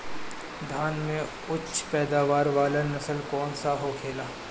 धान में उच्च पैदावार वाला नस्ल कौन सा होखेला?